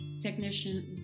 technician